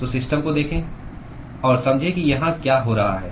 तो सिस्टम को देखें और समझें कि यहां क्या हो रहा है